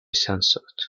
censored